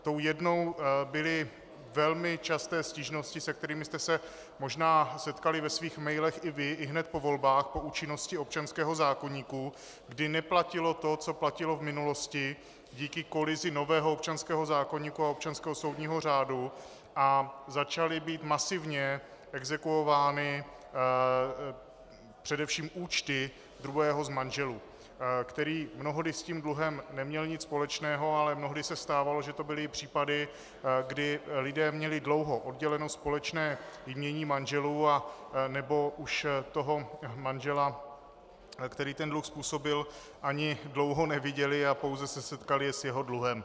Tou jednou byly velmi časté stížnosti, se kterými jste se možná setkali ve svých mailech i vy ihned po volbách, po účinnosti občanského zákoníku, kdy neplatilo to, co platilo v minulosti, díky kolizi nového občanského zákoníku a občanského soudního řádu, a začaly být masivně exekuovány především účtu druhého z manželů, který mnohdy s tím dluhem neměl nic společného, ale mnohdy se stávalo, že to byly případy, kdy lidé měli dlouho oddělené společné jmění manželů a nebo už toho manžela, který dluh způsobil, ani dlouho neviděli a pouze se setkali s jeho dluhem.